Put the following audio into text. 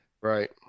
right